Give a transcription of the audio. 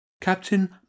Captain